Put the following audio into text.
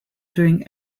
doing